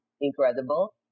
incredible